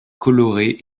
colorées